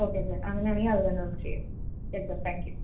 okay sir അങ്ങനെയാണെങ്കിൽ അത് തന്നെ നമുക്ക് ചെയ്യാം ശരി സർ താങ്ക് യൂ